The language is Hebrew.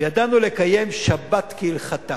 וידענו לקיים שבת כהלכתה.